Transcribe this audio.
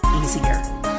easier